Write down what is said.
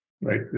right